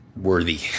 worthy